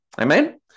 Amen